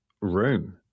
room